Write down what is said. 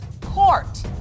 court